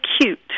cute